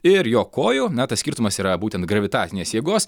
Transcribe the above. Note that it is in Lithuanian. ir jo kojų na tas skirtumas yra būtent gravitacinės jėgos